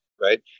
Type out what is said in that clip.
right